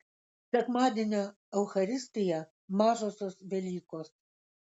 sekmadienio eucharistija mažosios velykos